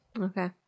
Okay